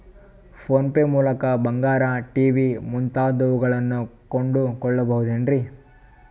Phone pay ಮೂಲಕ ಬಂಗಾರ, TV ಮುಂತಾದವುಗಳನ್ನ ಕೊಂಡು ಕೊಳ್ಳಬಹುದೇನ್ರಿ?